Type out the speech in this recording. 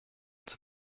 zum